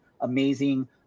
amazing